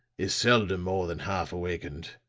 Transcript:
is seldom more than half awakened.